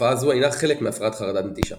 תופעה זו אינה חלק מהפרעת חרדת נטישה